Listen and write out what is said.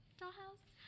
dollhouse